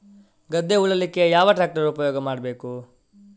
ಗದ್ದೆ ಉಳಲಿಕ್ಕೆ ಯಾವ ಟ್ರ್ಯಾಕ್ಟರ್ ಉಪಯೋಗ ಮಾಡಬೇಕು?